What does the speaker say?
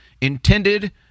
intended